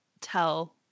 tell